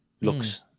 looks